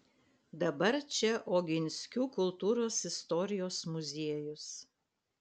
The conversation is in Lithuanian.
dabar čia oginskių kultūros istorijos muziejus